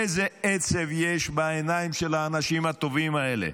איזה עצב יש בעיניים של האנשים הטובים האלה,